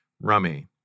rummy